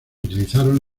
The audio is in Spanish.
utilizaron